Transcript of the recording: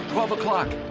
twelve o'clock!